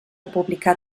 publicar